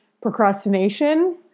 procrastination